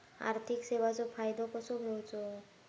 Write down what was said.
आर्थिक सेवाचो फायदो कसो घेवचो?